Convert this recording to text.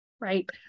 right